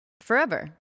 forever